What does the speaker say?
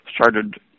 started